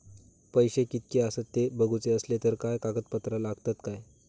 पैशे कीतके आसत ते बघुचे असले तर काय कागद पत्रा लागतात काय?